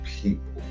people